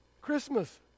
Christmas